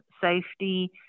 safety